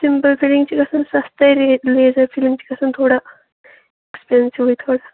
simple filling چھِ گژھان سَستَے لیز لیزَر فِلِنٛگ چھِ گژھان تھوڑا ایٚکٕس پیٚنسِو تھوڑا